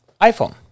iPhone